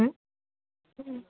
ꯎꯝ ꯎꯝ